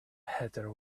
heather